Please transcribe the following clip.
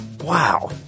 Wow